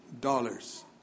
dollars